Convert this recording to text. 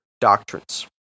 doctrines